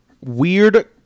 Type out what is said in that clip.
weird